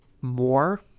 more